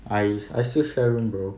I I still share room bro